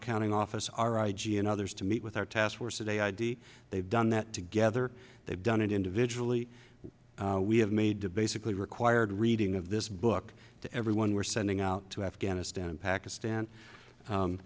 accounting office our i g and others to meet with our task force today id they've done that together they've done it individually we have made to basically required reading of this book to everyone we're sending out to afghanistan and pakistan